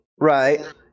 Right